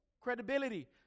credibility